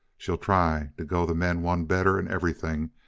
she'll try to go the men one better in everything,